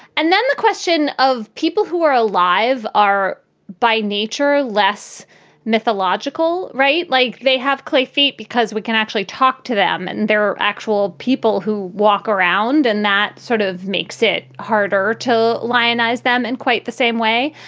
and then the question of people who are alive are by nature less mythological. right. like they have clay feet because we can actually talk to them. and there are actual people who walk around and that sort of makes it harder to lionize them in and quite the same way.